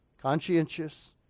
conscientious